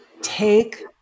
take